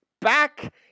back